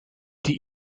die